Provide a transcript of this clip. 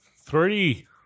Three